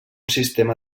sistema